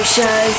Show